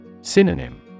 Synonym